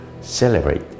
celebrate